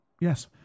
Yes